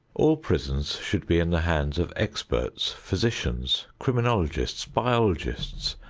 all prisons should be in the hands of experts, physicians, criminologists, biologists,